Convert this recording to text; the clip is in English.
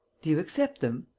do you accept them?